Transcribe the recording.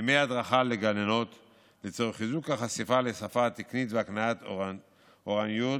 וימי הדרכה לגננות לצורך חיזוק החשיפה לשפה התקנית והקניית אוריינות